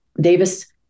Davis